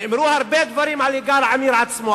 נאמרו הרבה דברים על יגאל עמיר עצמו,